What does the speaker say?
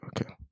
Okay